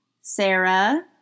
Sarah